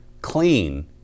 clean